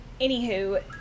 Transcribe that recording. anywho